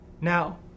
Now